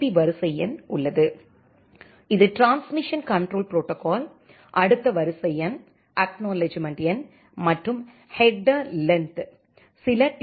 B வரிசை எண் உள்ளது இது டிரான்ஸ்மிஷன் கண்ட்ரோல் புரோட்டோகால் அடுத்த வரிசை எண் அக்நாலெட்ஜ்மெண்ட் எண் மற்றும் ஹெட்டர் லென்த் சில டி